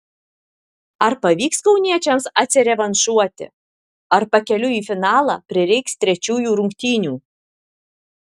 ar pavyks kauniečiams atsirevanšuoti ar pakeliui į finalą prireiks trečiųjų rungtynių